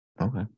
Okay